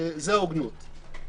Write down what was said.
זו ההוגנות.